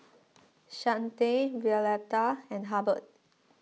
Chante Violeta and Hubbard